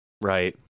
Right